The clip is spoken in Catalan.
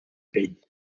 pell